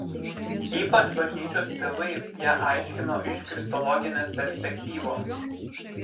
ypač bažnyčios tėvai ją aiškino iš kristologinės perspektyvos